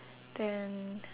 then